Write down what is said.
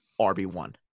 RB1